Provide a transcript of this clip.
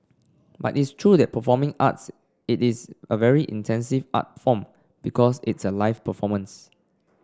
but it's true that performing arts it is a very intensive art form because it's a live performance